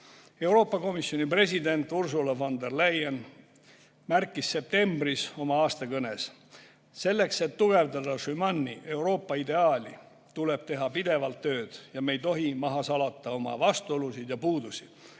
Euroopa Komisjoni president Ursula van der Leyen märkis septembris oma aastakõnes: "Selleks, et tugevdada Schumani Euroopa ideaali, tuleb teha pidevalt tööd. Ja me ei tohi maha salata oma vastuolusid ja puudusi.